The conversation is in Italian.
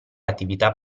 attività